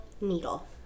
Needle